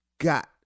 got